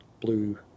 blue